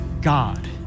God